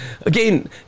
Again